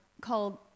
called